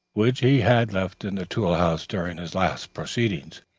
which he had left in the tool-house during his last proceedings,